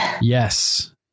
yes